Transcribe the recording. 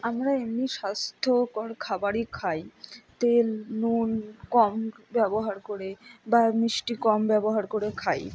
আমরা এমনি স্বাস্থ্যকর খাবারই খাই তেল নুন কম ব্যবহার করে বা মিষ্টি কম ব্যবহার করে খাই